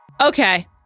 Okay